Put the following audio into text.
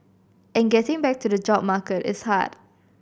and getting back to the job market is hard